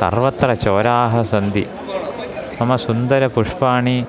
सर्वत्र चोराः सन्ति मम सुन्दरपुष्पाणि